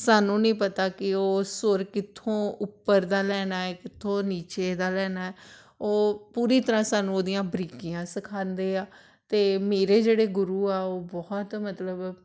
ਸਾਨੂੰ ਨਹੀਂ ਪਤਾ ਕਿ ਉਹ ਸੁਰ ਕਿੱਥੋਂ ਉੱਪਰ ਦਾ ਲੈਣਾ ਹੈ ਕਿੱਥੋਂ ਨੀਚੇ ਦਾ ਲੈਣਾ ਉਹ ਪੂਰੀ ਤਰ੍ਹਾਂ ਸਾਨੂੰ ਉਹਦੀਆਂ ਬਰੀਕੀਆਂ ਸਿਖਾਉਂਦੇ ਆ ਅਤੇ ਮੇਰੇ ਜਿਹੜੇ ਗੁਰੂ ਆ ਉਹ ਬਹੁਤ ਮਤਲਬ